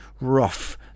rough